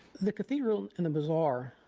the cathedral and the bazaar,